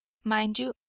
mind you,